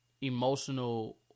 emotional